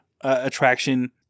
attraction